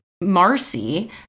Marcy